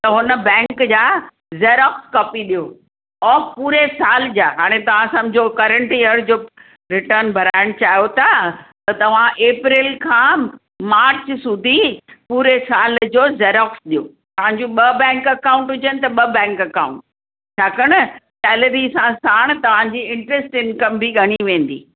त हुन बैंक जा ज़ेराक्स कॉपी ॾियो ऐं पूरे साल जा हाणे तव्हां समुझो करंट इयर जो रिटन भराइणु चाहियो था त तव्हां एप्रैल खां मार्च सूधी पूरे साल जो ज़ेराक्स ॾियो तव्हां जूं ॿ बैंक अकाउंट हुजनि त ॿ बैंक अकाउंट छाकाणि सैलरी सां साणु तव्हांजी इंट्रेस्ट इंकम बि ॻणी वेंदी